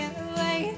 away